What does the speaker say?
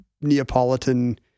Neapolitan